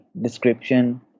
description